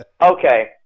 Okay